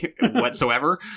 whatsoever